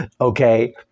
okay